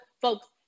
folks